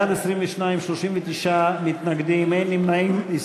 בעד, 22, 39 מתנגדים, אין נמנעים.